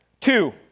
Two